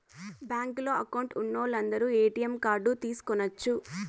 బ్యాంకులో అకౌంట్ ఉన్నోలందరు ATM card తీసుకొనచ్చు